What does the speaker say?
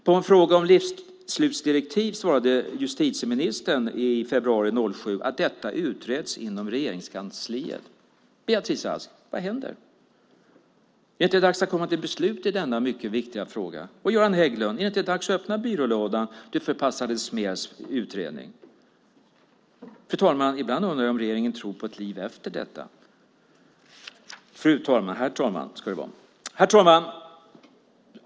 På en fråga om livsslutsdirektiv svarade justitieministern i februari 2007 att detta utreds inom Regeringskansliet. Vad händer, Beatrice Ask? Är det inte dags att komma till beslut i denna mycket viktiga fråga? Och, Göran Hägglund, är det inte dags att öppna byrålådan dit du förpassade Smers utredning? Ibland undrar jag, herr talman, om regeringen tror på ett liv efter detta. Herr talman!